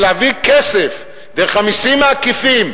של להביא כסף דרך המסים העקיפים,